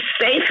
safe